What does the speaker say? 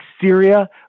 Syria